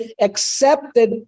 accepted